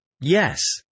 Yes